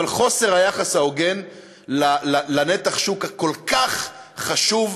היחס הלא-ההוגן לנתח השוק הכל-כך חשוב